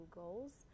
goals